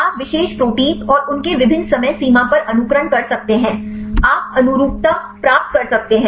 आप विशेष प्रोटीन और उनके विभिन्न समय सीमा पर अनुकरण कर सकते हैं आप अनुरूपता प्राप्त कर सकते हैं